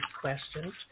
questions